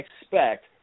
expect